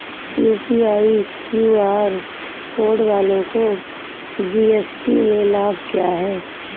UPI QR code वालों को GST में लाभ क्या है?